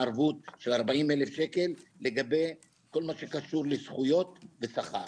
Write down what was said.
הערבות של 40 אלף שקל לגבי כל מה שקשור לזכויות בשכר.